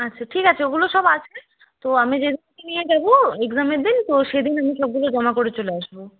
আচ্ছা ঠিক আছে ওগুলো সব আছে তো আমি যেদিনকে নিয়ে যাব এক্সামের দিন তো সেদিন আমি সবগুলো জমা করে চলে আসব